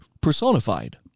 personified